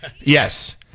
Yes